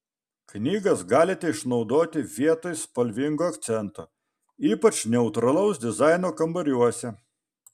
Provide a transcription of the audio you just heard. knygas galite išnaudoti vietoj spalvingo akcento ypač neutralaus dizaino kambariuose